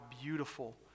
beautiful